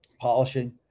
polishing